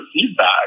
feedback